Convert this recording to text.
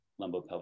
lumbopelvic